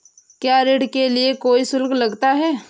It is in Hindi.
क्या ऋण के लिए कोई शुल्क लगता है?